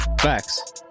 Facts